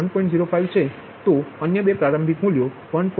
05 છે તો અન્ય બે પ્રારંભિક મૂલ્ય 1